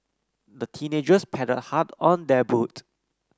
the teenagers paddled hard on their boat